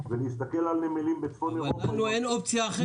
ולהסתכל על נמלים בצפון אירופה --- אבל לנו אין אופציה אחרת.